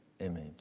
image